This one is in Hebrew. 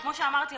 כפי שאמרתי,